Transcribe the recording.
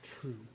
true